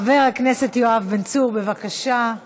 חבר הכנסת יואב בן צור, בבקשה.